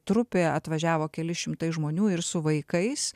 trupė atvažiavo keli šimtai žmonių ir su vaikais